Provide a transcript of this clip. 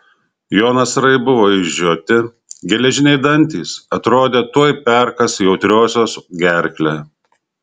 jo nasrai buvo išžioti geležiniai dantys atrodė tuoj perkąs jautriosios gerklę